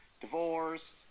divorced